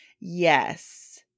Yes